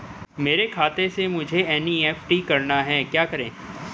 मेरे खाते से मुझे एन.ई.एफ.टी करना है क्या करें?